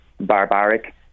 barbaric